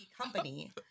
company